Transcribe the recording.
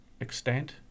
extent